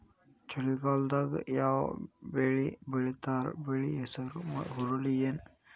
ಚಳಿಗಾಲದಾಗ್ ಯಾವ್ ಬೆಳಿ ಬೆಳಿತಾರ, ಬೆಳಿ ಹೆಸರು ಹುರುಳಿ ಏನ್?